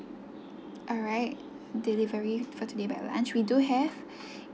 alright delivery for today by lunch we do have